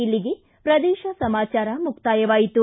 ಇಲ್ಲಿಗೆ ಪ್ರದೇಶ ಸಮಾಚಾರ ಮುಕ್ತಾಯವಾಯಿತು